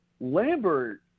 Lambert